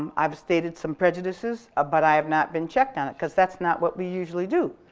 um i've stated some prejudices ah but i have not been checked on it because that's not what we usually do.